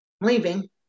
leaving